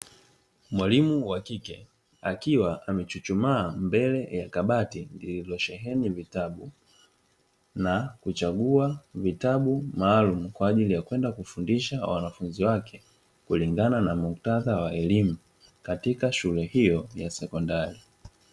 Mwalimu wa kike akiwa amechuchumaa mbele ya kabati lililosheheni vitabu, na kuchagua vitabu maalumu kwa ajili ya kwenda kufundisha wanafunzi wake, kulingana na muktadha wa elimu katika shule hiyo ya sekondari.